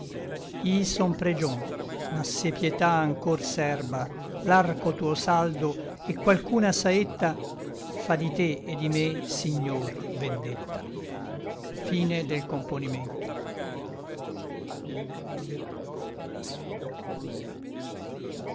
son pregion ma se pietà anchor serba l'arco tuo saldo et qualchuna saetta fa di te et di me signor vendetta